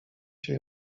się